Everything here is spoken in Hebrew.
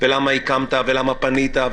למה הקמת ולמה פנית,